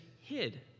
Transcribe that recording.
hid